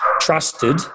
trusted